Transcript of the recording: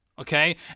Okay